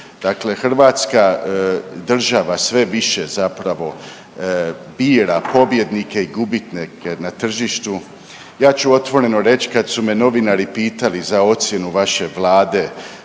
Dakle, Hrvatska država sve više zapravo bira pobjednike i gubitnike na tržištu. Ja ću otvoreno reć kad su me novinari pitali za ocjenu vaše Vlade